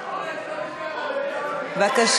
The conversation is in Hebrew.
ההצעה